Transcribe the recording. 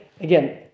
again